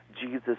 Jesus